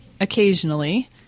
occasionally